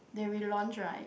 they relaunch right